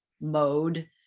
mode